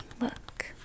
look